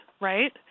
Right